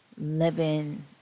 living